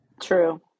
True